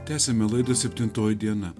tęsiame laida septintoji diena